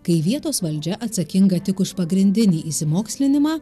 kai vietos valdžia atsakinga tik už pagrindinį išsimokslinimą